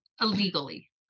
illegally